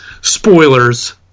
Spoilers